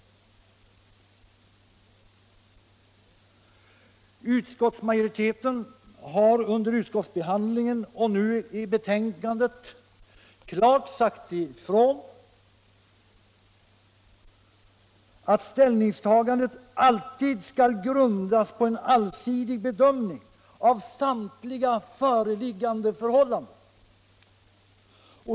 Utskottsmajoriteten har under utskottsbehandlingen och nu i betän 191 kandet klart sagt ifrån att ställningstagandet alltid skall grundas på en allsidig bedömning av samtliga föreliggande förhållanden.